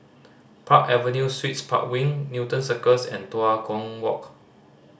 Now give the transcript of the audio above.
Park Avenue Suites Park Wing Newton Cirus and Tua Kong Walk